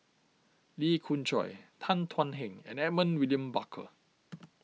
Lee Khoon Choy Tan Thuan Heng and Edmund William Barker